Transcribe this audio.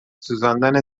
سوزاندن